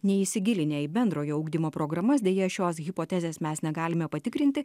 neįsigilinę į bendrojo ugdymo programas deja šios hipotezės mes negalime patikrinti